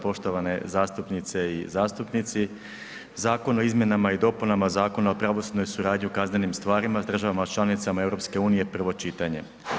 Poštovane zastupnice i zastupnici, Zakon o izmjenama i dopunama Zakona o pravosudnoj suradnji u kaznenim stvarima s državama članicama Europske unije, prvo čitanje.